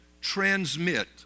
transmit